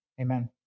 Amen